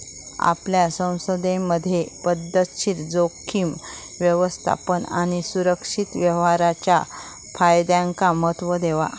आपल्या सदस्यांमधे पध्दतशीर जोखीम व्यवस्थापन आणि सुरक्षित व्यवहाराच्या फायद्यांका महत्त्व देवा